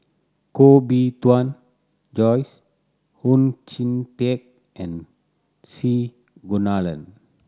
Koh Bee Tuan Joyce Oon Jin Teik and C Kunalan